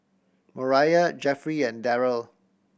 Moriah Jeffrey and Deryl